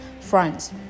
France